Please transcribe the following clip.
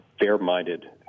fair-minded